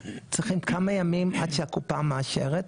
צריכים כמה ימים עד שהקופה מאשרת,